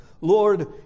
lord